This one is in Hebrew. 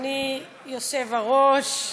אדוני היושב-ראש,